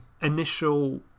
initial